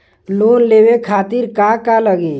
Loan लेवे खातीर का का लगी?